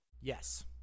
Yes